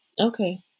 Okay